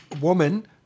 woman